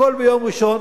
הכול ביום ראשון,